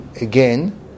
again